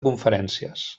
conferències